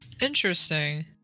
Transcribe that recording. Interesting